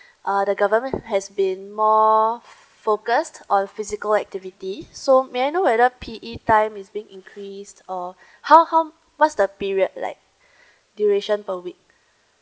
uh the government has been more focused on physical activity so may I know whether P_E time is being increase or how how what's the period like duration per week